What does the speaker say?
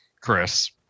Chris